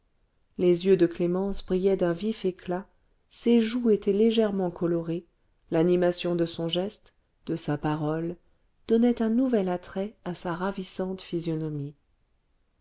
les yeux de clémence brillaient d'un vif éclat ses joues étaient légèrement colorées l'animation de son geste de sa parole donnait un nouvel attrait à sa ravissante physionomie